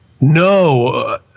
no